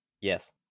Yes